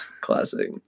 Classic